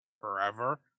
forever